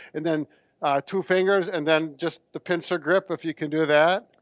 and then two fingers and then just the pincer grip if you can do that,